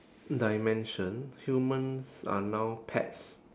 dimension humans are now pets